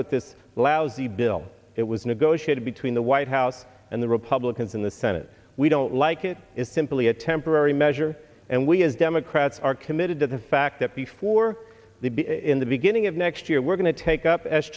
with this lousy bill it was negotiated between the white house and the republicans in the senate we don't like it is simply a temporary measure and we as democrats are committed to the fact that before the in the beginning of next year we're going to take up